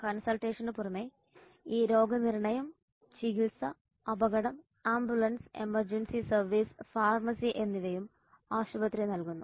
കൺസൾട്ടേഷനു പുറമേ ഈ രോഗനിർണയം ചികിത്സ അപകടം ആംബുലൻസ് എമർജൻസി സർവീസ് ഫാർമസി എന്നിവയും ആശുപത്രി നൽകുന്നു